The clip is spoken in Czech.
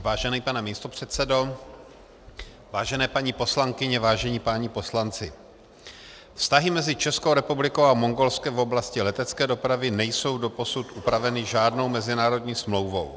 Vážený pane místopředsedo, vážené paní poslankyně, vážení páni poslanci, vztahy mezi Českou republikou a Mongolskem v oblasti letecké dopravy nejsou doposud upraveny žádnou mezinárodní smlouvou.